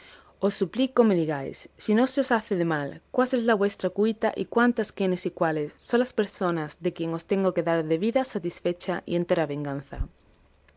os suplico me digáis si no se os hace de mal cuál es la vuestra cuita y cuántas quiénes y cuáles son las personas de quien os tengo de dar debida satisfecha y entera venganza